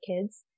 kids